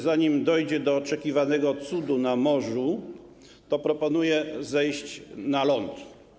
Zanim dojdzie do oczekiwanego cudu na morzu, to proponuję zejść na ląd.